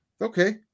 okay